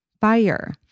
fire